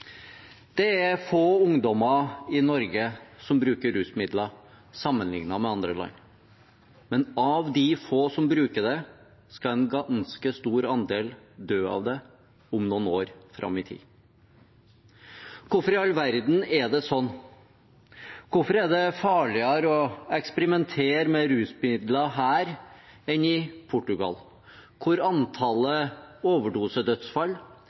men av de få som bruker det, vil en ganske stor andel dø av det noen år fram i tid. Hvorfor i all verden er det sånn? Hvorfor er det farligere å eksperimentere med rusmidler her enn i Portugal, der antallet